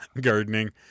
Gardening